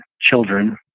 children